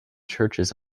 churches